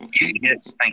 yes